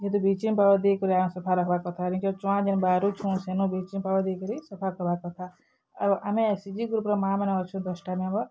ଯେହେତୁ bleaching powder ଦେଇକରି ଆମେ ସଫା ରଖବାର୍ କଥା ନିଜର୍ ଚୁଆଁ ଯେନ୍ ବାହାରୁଛୁଁ ସେନୁ ବ୍ଲିଚିଂ ପାଉଡ଼ର୍ ଦେଇକରି ସଫା କରବାର୍ କଥା ଆଉ ଆମେ ଏସ୍ ଏଚ୍ ଜି ଗ୍ରୁପ୍ର ମା'ମାନେ ଅଛୁଁ ଦଶ୍ଟା ମେମ୍ବର୍